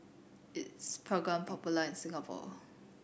is Pregain popular in Singapore